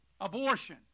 abortion